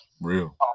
real